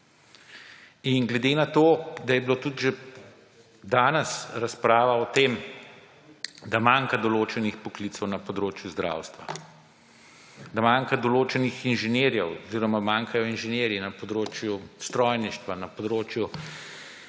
Glede na to da je bilo tudi že danes razprava o tem, da manjka določenih poklicev na področju zdravstva, da manjka določenih inženirjev oziroma manjkajo inženirji na področju strojništva, na področju